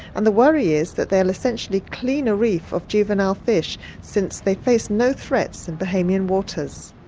and the worry is that they'll essentially clean a reef of juvenile fish since they face no threats in bahamian waters.